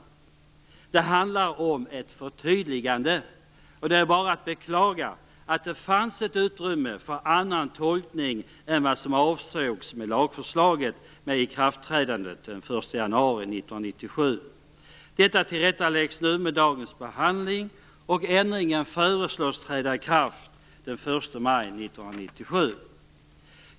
Det handlar om ett förtydligande, och det är bara att beklaga att det fanns ett utrymme för annan tolkning än vad som avsågs med lagförslaget med ikraftträdande den 1 januari 1997. Detta tillrättaläggs nu med dagens behandling. Ändringen föreslås träda i kraft den 1 maj 1997.